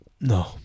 No